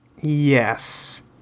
Yes